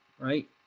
right